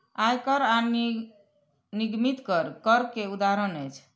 आय कर आ निगमित कर, कर के उदाहरण अछि